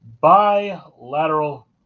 bilateral